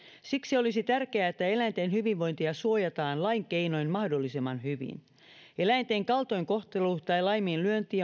siksi olisi tärkeää että eläinten hyvinvointia suojataan lain keinoin mahdollisimman hyvin eläinten kaltoinkohtelu tai laiminlyönti